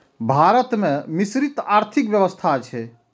भारत मे मिश्रित आर्थिक व्यवस्था छै